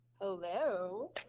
Hello